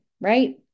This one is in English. right